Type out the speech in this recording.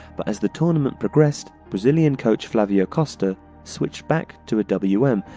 but as the tournament progressed, brazilian coach flavio costa switched bac to a w m,